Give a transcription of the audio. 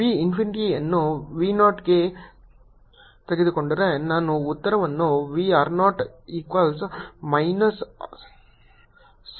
v ಇನ್ಫಿನಿಟಿಯನ್ನು v 0 ಗೆ ತೆಗೆದುಕೊಂಡರೆ ನಾನು ಉತ್ತರವನ್ನು v r 0 ಈಕ್ವಲ್ಸ್ ಮೈನಸ್ 6